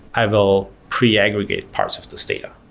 i will pre-aggregate parts of this data.